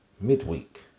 midweek